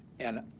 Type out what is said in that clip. and